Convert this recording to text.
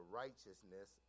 righteousness